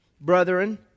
brethren